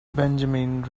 benjamin